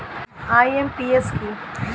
IMPS কি?